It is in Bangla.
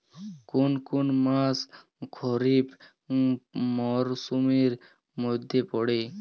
কোন কোন মাস খরিফ মরসুমের মধ্যে পড়ে?